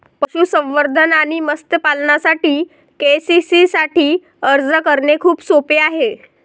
पशुसंवर्धन आणि मत्स्य पालनासाठी के.सी.सी साठी अर्ज करणे खूप सोपे आहे